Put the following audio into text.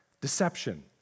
deception